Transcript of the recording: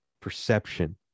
perception